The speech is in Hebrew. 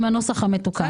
לפני שאנחנו פותחים את הפה.